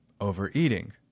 overeating